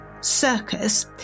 Circus